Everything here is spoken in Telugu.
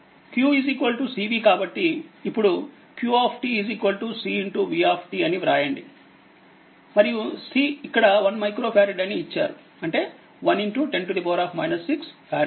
qcvకాబట్టి ఇప్పుడు qcv అని వ్రాయండి మరియు C ఇక్కడ 1 మైక్రోఫారెడ్ అని ఇచ్చారుఅంటే110 6ఫారెడ్